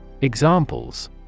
Examples